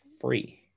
free